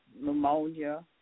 pneumonia